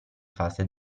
fase